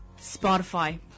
Spotify